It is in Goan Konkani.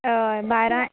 होय बारा